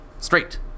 straight